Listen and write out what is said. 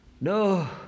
No